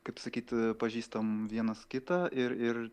kaip sakyt pažįstam vienas kitą ir ir